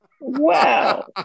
Wow